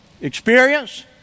experience